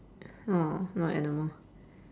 !aww! not animal